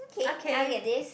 okay I will get this